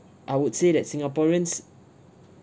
I would say that singaporeans